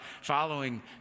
following